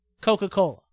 Coca-Cola